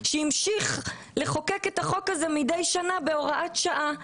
שהמשיך לחוקק את החוק הזה מידי שנה בהוראת שעה.